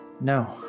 no